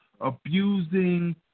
abusing